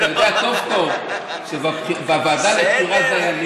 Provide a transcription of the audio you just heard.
אתה יודע טוב טוב שבוועדה לבחירת דיינים,